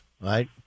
Right